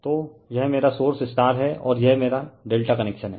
refer slide time 0507 तो यह मेरा सोर्स है और यह मेरा ∆ कनेक्शन है